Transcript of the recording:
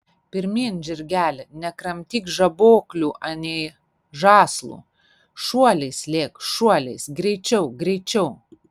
pirmyn žirgeli nekramtyk žaboklių anei žąslų šuoliais lėk šuoliais greičiau greičiau